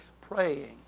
praying